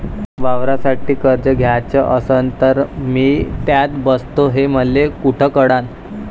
वावरासाठी कर्ज घ्याचं असन तर मी त्यात बसतो हे मले कुठ कळन?